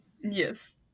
Yes